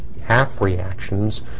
half-reactions